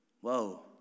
Whoa